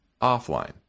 offline